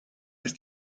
ist